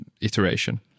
iteration